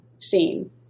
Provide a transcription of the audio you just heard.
scene